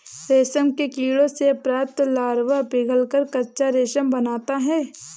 रेशम के कीड़ों से प्राप्त लार्वा पिघलकर कच्चा रेशम बनाता है